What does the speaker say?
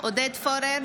עודד פורר